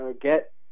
get